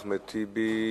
חבר הכנסת אחמד טיבי?